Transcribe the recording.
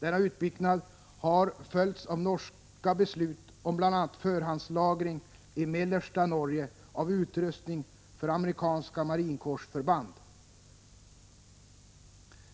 Denna utbyggnad har följts av norska beslut om bl.a. förhandslagring i mellersta Norge av utrustning för amerikanska marinkårsförband.